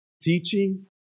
teaching